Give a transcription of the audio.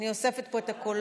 אני אוספת פה את הקולות.